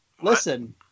Listen